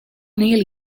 neil